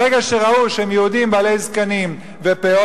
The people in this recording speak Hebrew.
ברגע שראו שהם יהודים בעלי זקנים ופאות,